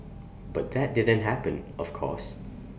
but that didn't happen of course